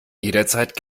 jederzeit